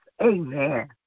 Amen